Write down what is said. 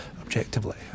objectively